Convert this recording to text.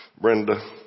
Brenda